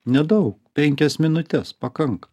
nedaug penkias minutes pakanka